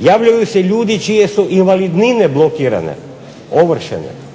Javljaju se ljudi čije su invalidnine blokirane, ovršene.